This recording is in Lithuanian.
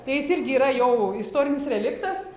tai jis irgi yra jau istorinis reliktas